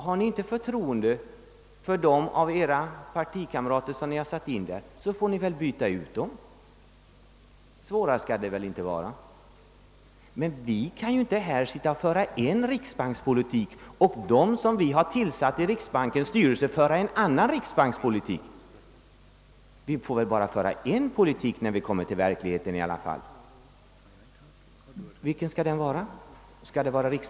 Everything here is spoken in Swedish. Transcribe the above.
Har ni inte förtroende för dessa partikamrater, så får ni väl byta ut dem! Svårare är det väl inte! Men vi kan ju inte här föra en riksbankspolitik samtidigt som de som vi tillsatt i riksbankens styrelse för en annan riksbankspolitik. Vi måste väl när vi kommer till verkligheten i alla fall nöja oss med att föra en politik.